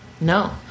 No